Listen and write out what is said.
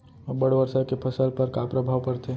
अब्बड़ वर्षा के फसल पर का प्रभाव परथे?